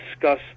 discuss